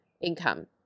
income